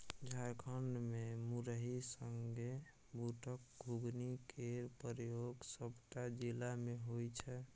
झारखंड मे मुरही संगे बुटक घुघनी केर प्रयोग सबटा जिला मे होइ छै